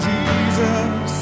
Jesus